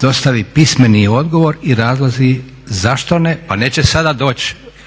dostavi pismeni odgovor i razlozi zašto ne. Pa neće sada doći